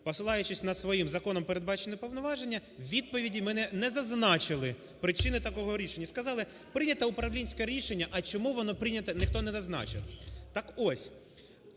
посилаючись на свої, законом передбачені, повноваження, у відповіді ми не зазначили причини такого рішення, сказали: прийняте управлінське рішення. А чому воно прийняте, ніхто не зазначив. Так ось,